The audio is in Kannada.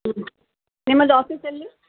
ಹ್ಞೂ ನಿಮ್ಮದು ಆಫೀಸ್ ಎಲ್ಲಿ